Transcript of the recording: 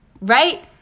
right